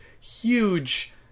huge